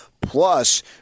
plus